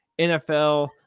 NFL